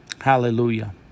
Hallelujah